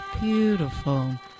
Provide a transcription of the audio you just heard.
Beautiful